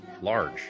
large